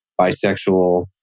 bisexual